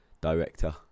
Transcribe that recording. director